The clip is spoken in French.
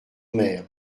mer